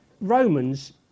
Romans